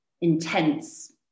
intense